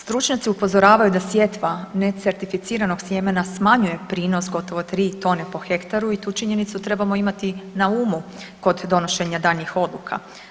Stručnjaci upozoravaju da sjetva necertificiranog sjemena smanjuje prinos gotovo 3 tone po hektaru i tu činjenicu trebamo imati na umu kod donošenja daljnjih odluka.